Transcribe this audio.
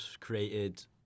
created